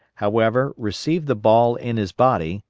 however, received the ball in his body,